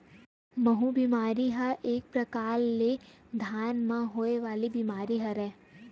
माहूँ बेमारी ह एक परकार ले धान म होय वाले बीमारी हरय